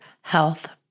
health